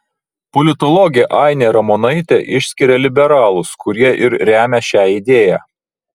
politologė ainė ramonaitė išskiria liberalus kurie ir remia šią idėją